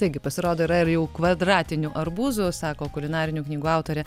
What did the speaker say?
taigi pasirodo yra ir jau kvadratinių arbūzų sako kulinarinių knygų autorė